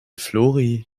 flori